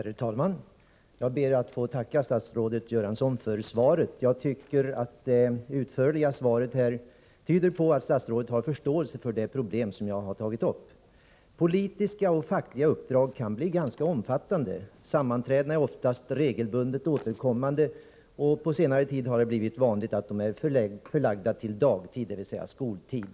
Herr talman! Jag ber att få tacka statsrådet Göransson för svaret. Det utförliga svaret tyder på att statsrådet har förståelse för de problem som jag har tagit upp. Politiska och fackliga uppdrag kan bli ganska omfattande. Sammanträdena är oftast regelbundet återkommande, och på senare tid har det blivit vanligt att de är förlagda till dagtid, dvs. skoltid.